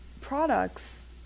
products